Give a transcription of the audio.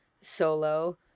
solo